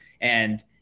And-